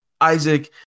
isaac